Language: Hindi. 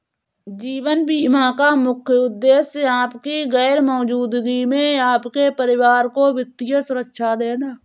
जीवन बीमा का मुख्य उद्देश्य आपकी गैर मौजूदगी में आपके परिवार को वित्तीय सुरक्षा देना